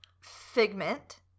Figment